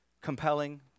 compelling